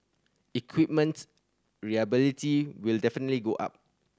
equipment reliability will definitely go up